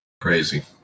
Crazy